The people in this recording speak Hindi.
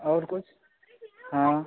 और कुछ हाँ